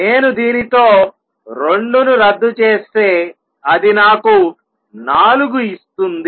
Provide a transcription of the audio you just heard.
నేను దీనితో 2 ను రద్దు చేస్తే అది నాకు 4 ఇస్తుంది